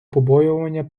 побоювання